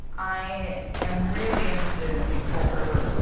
i am really interested in these older,